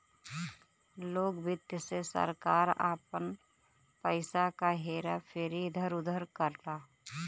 लोक वित्त से सरकार आपन पइसा क हेरा फेरी इधर उधर करला